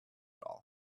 all